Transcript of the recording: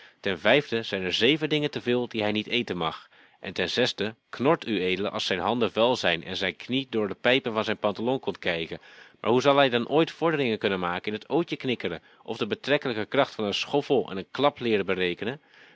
zeven dingen te veel die hij niet eten mag en ten zesde knort ued als zijn handen vuil zijn en zijn knie door de pijpen van zijn pantalon komt kijken maar hoe zal hij dan ooit vorderingen kunnen maken in t ootje knikkeren of de betrekkelijke kracht van een schoffel en een klap leeren berekenen